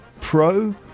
Pro